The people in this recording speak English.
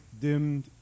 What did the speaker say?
dimmed